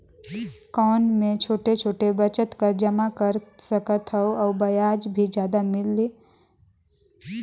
कौन मै छोटे छोटे बचत कर जमा कर सकथव अउ ब्याज भी जादा मिले?